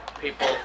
people